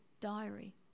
diary